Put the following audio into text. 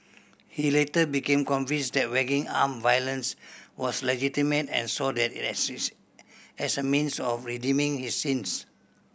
he later became convinced that waging armed violence was legitimate and saw that as a means of redeeming his sins